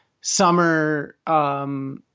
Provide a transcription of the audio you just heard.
summer